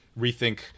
rethink